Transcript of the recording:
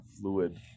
fluid